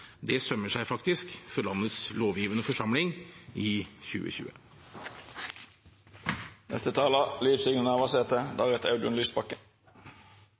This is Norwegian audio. Det sømmer seg faktisk for landets lovgivende forsamling i